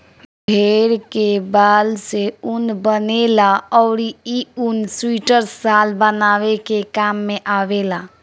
भेड़ के बाल से ऊन बनेला अउरी इ ऊन सुइटर, शाल बनावे के काम में आवेला